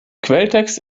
quelltext